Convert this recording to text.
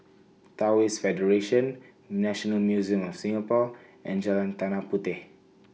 Taoist Federation National Museum of Singapore and Jalan Tanah Puteh